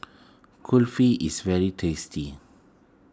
Kulfi is very tasty